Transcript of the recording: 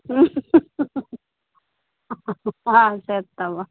చేస్తావా